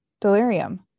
delirium